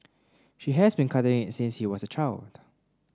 she has been cutting it since was child